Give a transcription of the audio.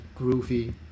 groovy